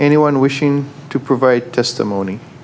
anyone wishing to provide testimony